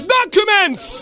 Documents